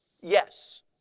Yes